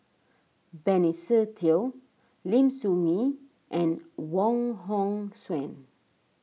Benny Se Teo Lim Soo Ngee and Wong Hong Suen